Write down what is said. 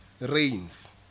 rains